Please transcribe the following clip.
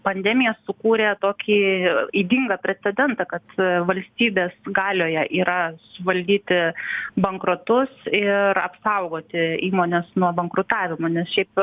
pandemija sukūrė tokį ydingą precedentą kad valstybės galioje yra suvaldyti bankrotus ir apsaugoti įmones nuo bankrutavimo nes šiaip